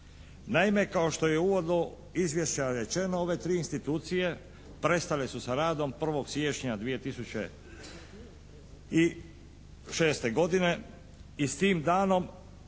Naime kao što je u uvodu izvješća rečeno, ove tri institucije prestale su sa radom 1. siječnja 2006. godine i s tim danom